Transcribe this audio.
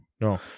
No